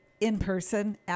in-person